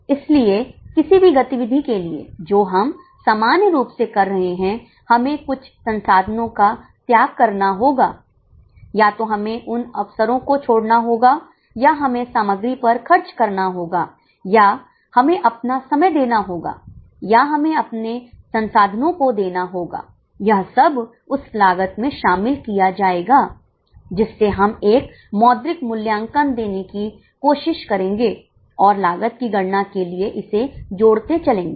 इसलिए किसी भी गति विधि के लिए जो हम सामान्य रूप से कर रहे हैं हमें कुछ संसाधनों का त्याग करना होगा या तो हमेउन अफसरों को छोड़ना होगाया हमें सामग्री पर खर्च करना होगा या हमें अपना समय देना होगा या हमें अपने संसाधनों को देना होगा यह सब उस लागत में शामिल किया जाएगा जिसे हम एक मौद्रिक मूल्यांकन देने की कोशिश करेंगे और लागत की गणना के लिए इसे जोड़ते चलेंगे